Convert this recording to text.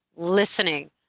listening